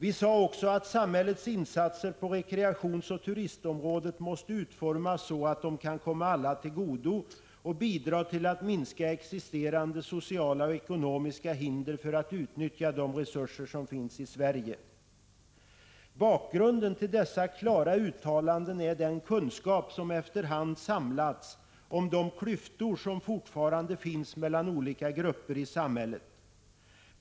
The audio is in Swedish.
Vi sade också att samhällets insatser på rekreationsoch turistområdet måste utformas så att de kan komma alla till godo och bidra till att minska existerande sociala och ekonomiska hinder för att utnyttja de resurser som finns i Sverige. Bakgrunden till dessa klara uttalanden är den kunskap som efterhand samlats om de klyftor som fortfarande finns mellan olika grupper i samhället.